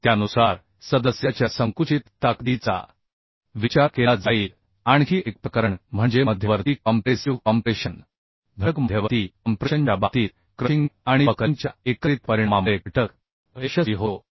त्यानुसार सदस्याच्या संकुचित ताकदीचा विचार केला जाईल आणखी एक प्रकरण म्हणजे मध्यवर्ती कॉम्प्रेसिव कॉम्प्रेशन घटक मध्यवर्ती कॉम्प्रेशन च्या बाबतीत क्रशिंग आणि बकलिंगच्या एकत्रित परिणामामुळे घटक अयशस्वी होतो